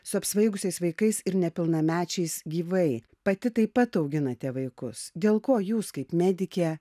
su apsvaigusiais vaikais ir nepilnamečiais gyvai pati taip pat auginate vaikus dėl ko jūs kaip medikė